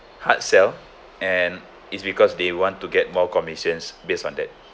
hardsell and it's because they want to get more commissions based on that